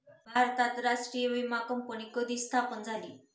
भारतात राष्ट्रीय विमा कंपनी कधी स्थापन झाली?